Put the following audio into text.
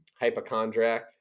hypochondriac